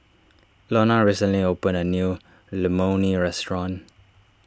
Lonna recently opened a new Imoni Restaurant